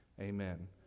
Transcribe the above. Amen